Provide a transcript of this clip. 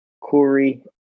corey